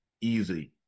easy